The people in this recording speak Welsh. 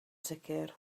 sicr